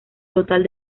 total